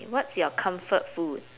what's your comfort food